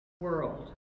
world